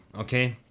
okay